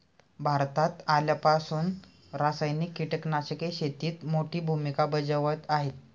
भारतात आल्यापासून रासायनिक कीटकनाशके शेतीत मोठी भूमिका बजावत आहेत